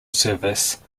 service